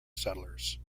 settlers